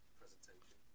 presentation